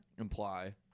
Imply